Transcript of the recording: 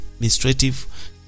Administrative